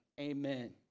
amen